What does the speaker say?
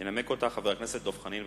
ינמק את ההצעה חבר הכנסת דב חנין.